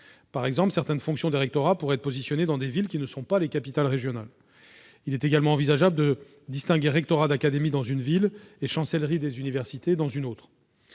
Par exemple, certaines fonctions des rectorats pourraient être positionnées dans des villes qui ne sont pas les capitales régionales. Il est également envisageable de distinguer rectorat d'académie dans une ville et chancellerie des universités dans une autre.